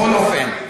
בכל אופן,